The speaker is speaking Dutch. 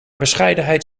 bescheidenheid